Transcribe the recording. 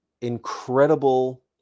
incredible